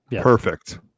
Perfect